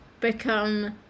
become